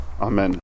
Amen